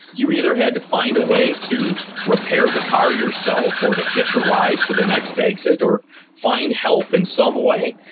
you either had to find a way to repair the car yourself, or to hitch a ride to the next exit, or find help in some way.